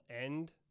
end